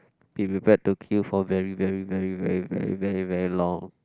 you will get to queue for very very very very very very very very long